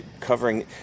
covering